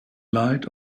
light